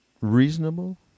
reasonable